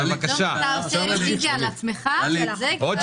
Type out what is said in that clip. אלכס, מה